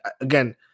Again